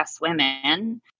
Women